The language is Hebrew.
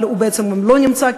אבל הוא בעצם לא נמצא,